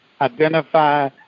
identify